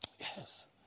Yes